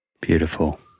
Beautiful